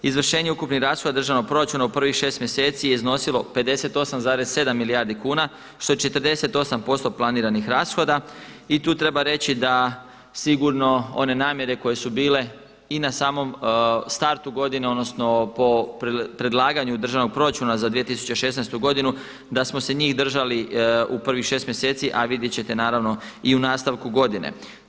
Izvršenje ukupnih rashoda državnog proračuna u prvih 6 mjeseci je iznosilo 58,7 milijardi kuna što je 48% planiranih rashoda i tu treba reći da sigurno one namjere koje su bile i na samom startu godine odnosno po predlaganju državnog proračuna za 2016. godinu da smo se njih držali u prvih 6 mjeseci a vidjeti ćete naravno i u nastavku godine.